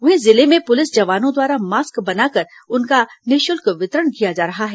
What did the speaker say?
वही जिले में पुलिस जवानों द्वारा मास्क बनाकर उनका निःशुल्क वितरण किया जा रहा है